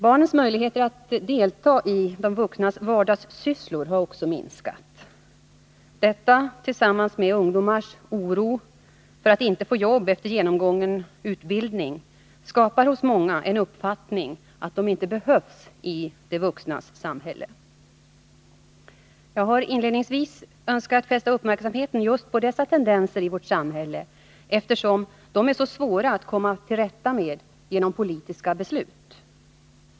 Barnens möjligheter att delta i de vuxnas vardagssysslor har också minskat. Detta tillsammans med ungdomarnas oro för att inte få jobb efter genomgången utbildning skapar hos många en uppfattning att de inte behövs i de vuxnas samhälle. Jag har inledningsvis önskat fästa uppmärksamheten just på dessa tendenser i vårt samhälle eftersom de är så svåra att komma till rätta med genom politiska beslut.